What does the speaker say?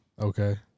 Okay